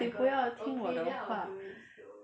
你不要听我的话